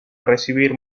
recibir